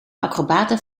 acrobaten